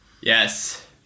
Yes